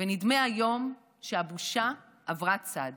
ונדמה היום שהבושה עברה צד.